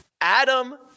Adam